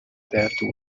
that